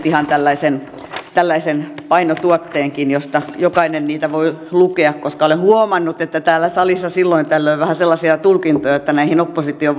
ihan tällaisen painotuotteenkin josta jokainen niitä voi lukea koska olen huomannut että täällä salissa silloin tällöin on vähän sellaisia tulkintoja että näihin opposition